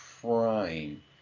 prime